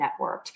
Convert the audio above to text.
networked